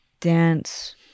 dance